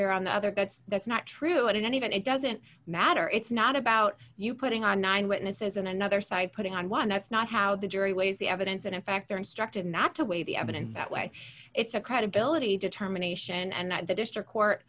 there on the other that's that's not true and in any event it doesn't matter it's not about you putting on nine witnesses and another side putting on one that's not how the jury weighs the evidence and in fact they're instructed not to weigh the evidence that way it's a credibility determination and that the district court